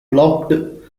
blocked